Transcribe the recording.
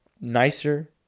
nicer